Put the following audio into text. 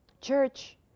Church